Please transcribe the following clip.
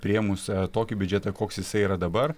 priėmus tokį biudžetą koks jisai yra dabar